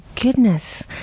goodness